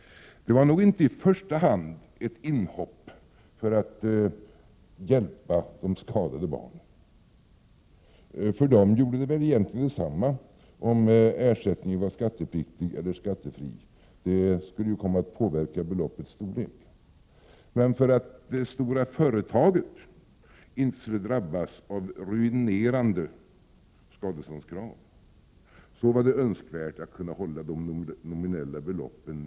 Det var nog inte i första hand fråga om ett inhopp för att hjälpa de skadade barnen. För dem gjorde det väl egentligen detsamma om ersättningen var skattepliktig eller skattefri — det skulle ju komma att påverka beloppets storlek. Men för att det stora företaget inte skulle drabbas av ruinerande skadeståndskrav var det önskvärt att kunna hålla nere de nominella beloppen.